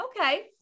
Okay